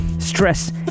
stress